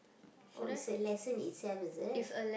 oh it's a lesson itself is it